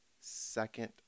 second